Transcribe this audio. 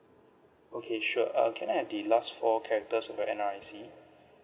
okay sure uh can I have the last four characters of your N_R_I_C